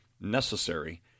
necessary